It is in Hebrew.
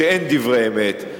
כשאין דברי אמת.